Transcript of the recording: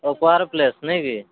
ଓପାହାର place ନାଇ କି